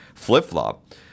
flip-flop